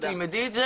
תלמדי את זה